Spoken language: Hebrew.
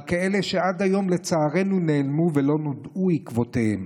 על כאלה שעד היום לצערנו נעלמו ולא נודעו עקבותיהם.